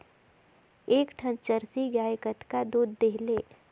एक ठन जरसी गाय कतका दूध देहेल?